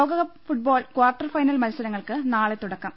ലോകകപ്പ് football quarter final മത്സര ങ്ങൾക്ക് നാളെ തുടക്കം